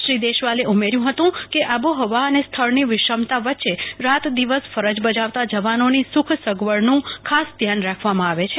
શ્રી દેશવાલે ઉમેર્યું હતું કે આબોહયા અને સ્થળ ની વિષમતા વચ્ચે રાત દિવસ ફરજ બજાવતા જવાનો ની સુખ સગવડ નું ખાસ ધ્યાન રાખવા માં આવે છે